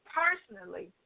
personally